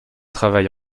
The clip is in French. travaille